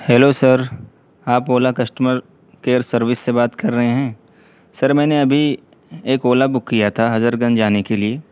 hello sir آپ Ola customer care service سے بات کر رہے ہیں سر میں نے ابھی ایک اولا بک کیا تھا حضرت گنج جانے کے لیے